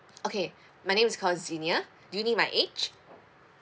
okay my name is called jenia do you need my age